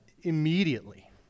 immediately